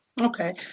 Okay